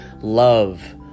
Love